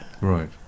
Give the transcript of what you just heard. Right